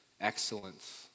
excellence